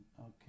okay